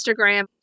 Instagram